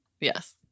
Yes